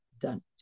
done